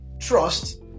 trust